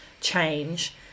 change